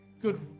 Good